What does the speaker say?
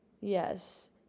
Yes